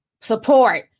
support